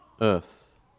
earth